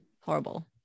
horrible